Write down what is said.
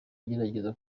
ngerageza